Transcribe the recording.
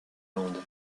landes